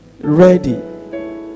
ready